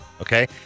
Okay